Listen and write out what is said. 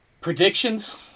Predictions